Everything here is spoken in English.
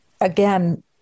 again